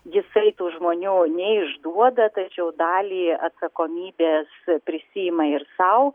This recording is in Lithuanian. jisai tų žmonių neišduoda tačiau dalį atsakomybės prisiima ir sau